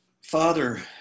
Father